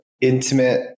intimate